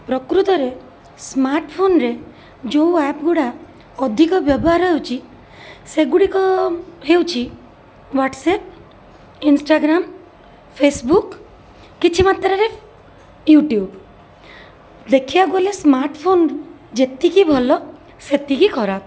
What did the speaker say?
ପ୍ରକୃତରେ ସ୍ମାର୍ଟ ଫୋନରେ ଯେଉଁ ଆପ୍ ଗୁଡ଼ା ଅଧିକ ବ୍ୟବହାର ହେଉଛି ସେଗୁଡ଼ିକ ହେଉଛି ହ୍ଵାଟସଆପ୍ ଇନଷ୍ଟାଗ୍ରାମ୍ ଫେସବୁକ୍ କିଛିମାତ୍ରାରେ ୟୁଟ୍ୟୁବ୍ ଦେଖିବାକୁ ଗଲେ ସ୍ମାର୍ଟ ଫୋନ ଯେତିକି ଭଲ ସେତିକି ଖରାପ